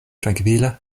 trankvile